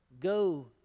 Go